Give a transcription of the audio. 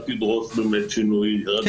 אתה תדרוש באמת שינוי רדיקלי.